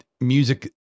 music